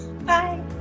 bye